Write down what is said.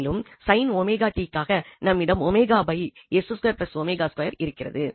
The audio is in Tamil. மேலும் sinwt க்காக நம்மிடம் இருக்கிறது